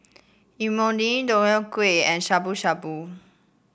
Imoni Deodeok Gui and Shabu Shabu